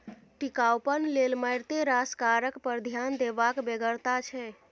टिकाउपन लेल मारिते रास कारक पर ध्यान देबाक बेगरता छै